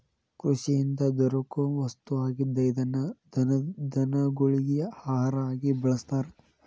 ಕೃಷಿಯಿಂದ ದೊರಕು ವಸ್ತು ಆಗಿದ್ದ ಇದನ್ನ ದನಗೊಳಗಿ ಆಹಾರಾ ಆಗಿ ಬಳಸ್ತಾರ